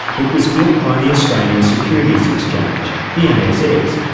it was built by the australian securities exchange, the asx,